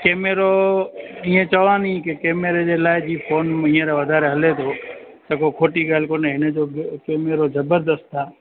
कैमेरो ईंअ चवां नी की कैमरे जे लाइ जी फोन हींअर वधारे हले थो त को खोटी ॻाल्हि कोन्हे हिनजो कैमेरो ज़बरदस्तु आहे